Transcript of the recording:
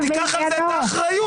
ותיקח על זה את האחריות.